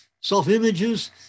self-images